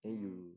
mm